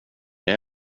jag